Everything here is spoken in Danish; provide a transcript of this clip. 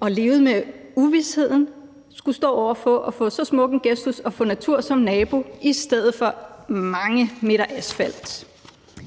og levet med uvisheden, skulle stå over for at få så smuk en gestus at få natur som nabo i stedet for mange meter asfalt.